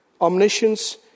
Omniscience